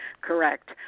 Correct